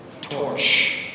torch